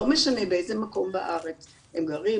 לא משנה באיזה מקום בארץ הם גרים,